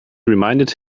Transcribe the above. reminded